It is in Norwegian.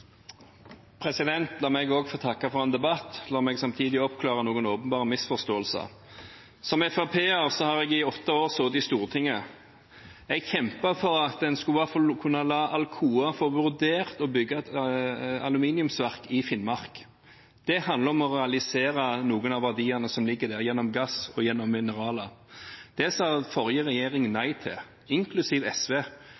der. La meg også få takke for debatten, og la meg samtidig få oppklare noen åpenbare misforståelser. Som FrP-er har jeg sittet på Stortinget i åtte år. Jeg har kjempet for at man skulle la Alcoa få vurdere å bygge et aluminiumsverk i Finnmark. Det handler om å realisere noen av verdiene som ligger der, gjennom gass og gjennom mineraler. Det sa forrige regjering nei til, inklusiv SV.